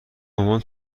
مامان